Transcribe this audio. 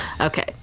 Okay